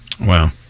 Wow